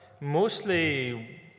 mostly